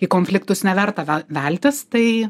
į konfliktus neverta veltis tai